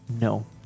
No